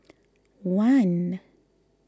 one